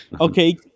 okay